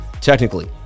technically